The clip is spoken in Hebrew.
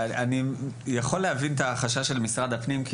אני יכול להבין את החשש של משרד הפנים,